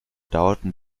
dauerten